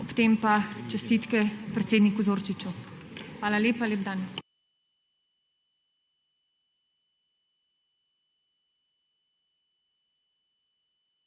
ob tem pa čestitke predsedniku Zorčiču. Hvala lepa, lep dan.